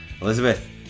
Elizabeth